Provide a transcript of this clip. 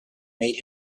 made